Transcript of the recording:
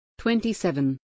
27